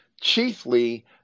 chiefly